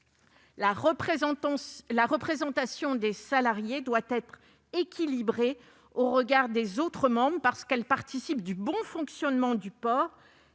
La représentation des salariés doit être équilibrée au regard de celle des autres membres parce qu'elle participe du bon fonctionnement du port